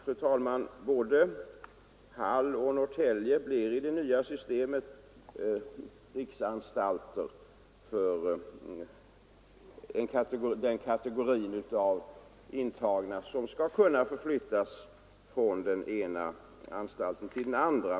Fru talman! Både Hall och Norrtäljefängelset blir i det nya systemet riksanstalter för den kategori av intagna som skall kunna förflyttas från den ena anstalten till den andra.